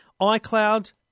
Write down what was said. iCloud –